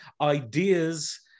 ideas